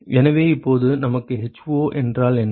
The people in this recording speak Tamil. மாணவர் எனவே இப்போது நமக்கு h0 என்றால் என்ன